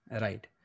right